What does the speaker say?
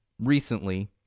recently